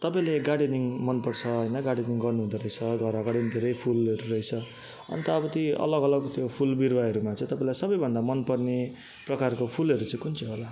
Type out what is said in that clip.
तपाईँलाई गार्डनिङ मन पर्छ होइन गार्डनिङ गर्नु हुँदो रहेछ घर अघाडि धेरै फुलहरू रहेछ अन्त अब त्यही अलग अलग त्यो फुल बिरुवाहरूमा चाहिँ तपाईँलाई सबभन्दा मन पर्ने प्रकारको फुलहरू चाहिँ कुन चाहिँ होला